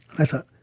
i thought,